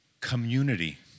community